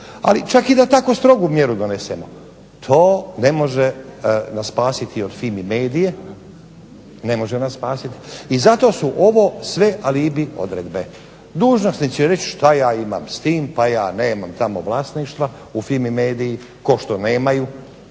Ali čak i da tako strogu mjeru donesemo to ne može nas spasiti od FIMI-medije, ne može nas spasiti i zato su ovo sve alibi odredbe. Dužnosnik će reći šta ja imam s tim pa ja nemam tamo vlasništva u FIMI-mediji kao što nemaju